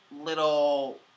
little